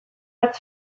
bat